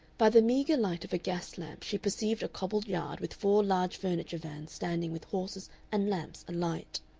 by the meagre light of a gas lamp she perceived a cobbled yard with four large furniture vans standing with horses and lamps alight.